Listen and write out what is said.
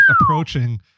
approaching